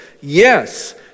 Yes